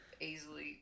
easily